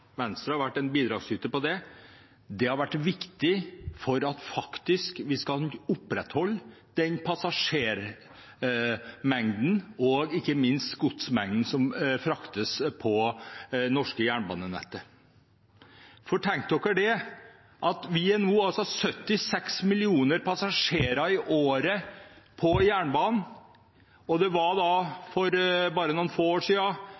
Venstre har vært en bidragsyter til det – har vært viktig for at vi skal kunne opprettholde den passasjermengden og ikke minst den godsmengden som fraktes på det norske jernbanenettet. Tenk at det nå er 76 millioner passasjerer i året på jernbanen, og for bare noen få år